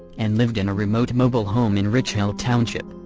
and lived in a remote mobile home in richhill township.